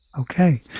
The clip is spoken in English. Okay